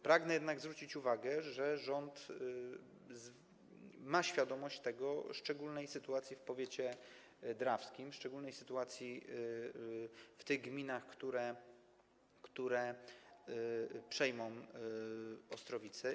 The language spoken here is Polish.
Pragnę jednak zwrócić uwagę, że rząd ma świadomość szczególnej sytuacji w powiecie drawskim, szczególnej sytuacji w tych gminach, które przejmą Ostrowice.